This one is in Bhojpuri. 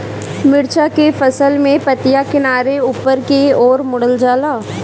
मिरचा के फसल में पतिया किनारे ऊपर के ओर मुड़ जाला?